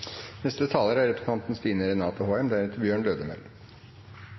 Neste taler er representanten